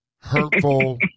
hurtful